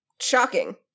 Shocking